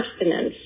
abstinence